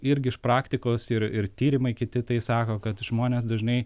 irgi iš praktikos ir ir tyrimai kiti tai sako kad žmonės dažnai